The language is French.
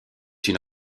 une